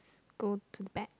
go to back